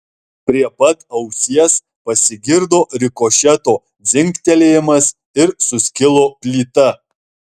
prie pat ausies pasigirdo rikošeto dzingtelėjimas ir suskilo plyta